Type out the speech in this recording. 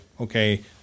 okay